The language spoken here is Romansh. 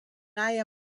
haja